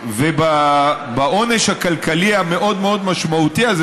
והעונש הכלכלי המאוד-מאוד משמעותי הזה,